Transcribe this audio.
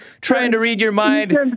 trying-to-read-your-mind